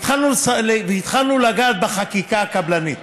והתחלנו לגעת בחקיקה הקבלנית.